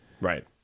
right